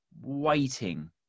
waiting